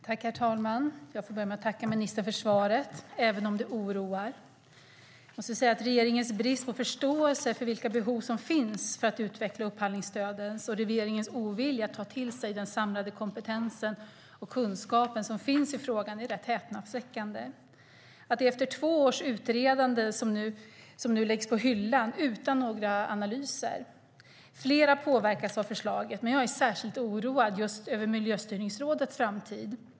Herr talman! Jag får börja med att tacka ministern för svaret, även om det oroar. Jag skulle säga att regeringens brist på förståelse för vilka behov som finns för att utveckla upphandlingsstödet och regeringens ovilja att ta till sig den samlade kompetens och kunskap som finns i frågan är rätt häpnadsväckande, efter två års utredande som nu läggs på hyllan utan några analyser. Flera påverkas av förslaget. Jag är särskilt oroad över Miljöstyrningsrådets framtid.